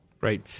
Right